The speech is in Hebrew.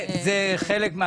אני חוזר